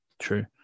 True